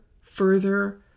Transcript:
further